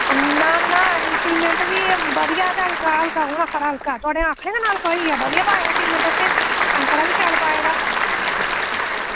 ना ना सीमैंट बी बधिया हल्का कुन्न आक्खा दा हल्का थुआढ़े आक्खनै कन्नै हल्का होई गेदा बधिया पाये दा सीमैंट असें कंकरा बी शैल पाये दा